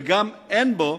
וגם אין בו